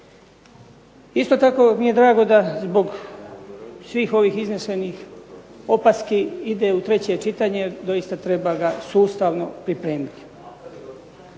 Isto tako mi je drago da zbog svih ovih iznesenih opaski ide u treće čitanje, doista treba ga sustavno pripremiti.